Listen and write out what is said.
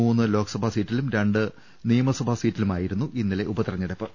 മൂന്ന് ലോക്സഭാ സീറ്റിലും രണ്ട് നിയമസഭാ സീറ്റി ലുമായിരുന്നും ഇന്നലെ ഉപതെരഞ്ഞെടുപ്പ്